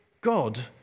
God